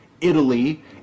Italy